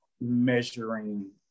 measuring